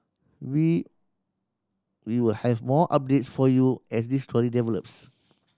we we will have more updates for you as this story develops